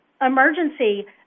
Emergency